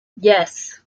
yes